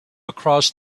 across